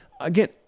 Again